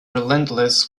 relentless